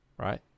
Right